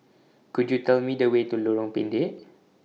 Could YOU Tell Me The Way to Lorong Pendek